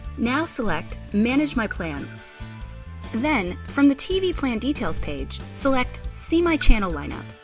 now select manage my plan then, from the tv plan details page, select see my channel lineup.